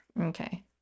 okay